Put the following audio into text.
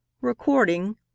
Recording